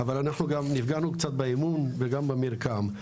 אבל אנחנו גם נפגענו קצת באמון וגם במרקם.